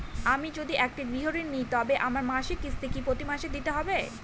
আমি যদি একটি গৃহঋণ নিই তবে আমার মাসিক কিস্তি কি প্রতি মাসে দিতে হবে?